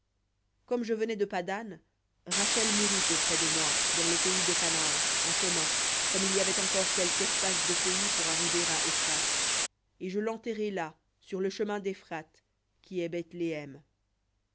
comme je venais de paddan rachel mourut auprès de moi dans le pays de canaan en chemin comme il y avait encore quelque espace de pays pour arriver à éphrath et je l'enterrai là sur le chemin d'éphrath qui est bethléhem